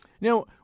Now